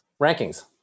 Rankings